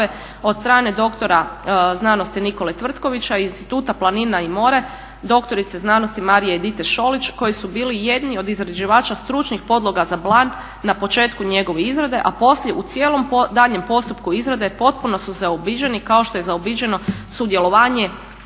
od strane dr.sc. Nikole Tvrtkovića iz Instituta "Planina i more", dr.sc. Marije Edite Šolić koji su bili jedni od izrađivača stručnih podloga za plan na početku njegove izrade, a poslije u cijelom daljnjem postupku izrade potpuno su zaobiđeni kao što je zaobiđeno sudjelovanje